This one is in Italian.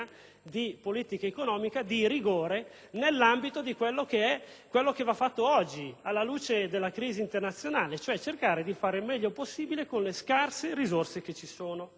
di politica economica, di rigore nell'ambito di quanto va fatto oggi alla luce della crisi internazionale, cercando di fare il meglio possibile con le scarse risorse a disposizione.